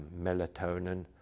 melatonin